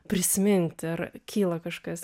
prisiminti ar kyla kažkas